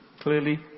clearly